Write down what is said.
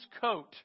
coat